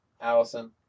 Allison